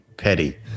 petty